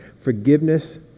forgiveness